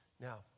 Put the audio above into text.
Now